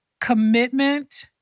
commitment